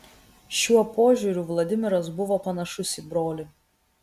šiuo požiūriu vladimiras buvo panašus į brolį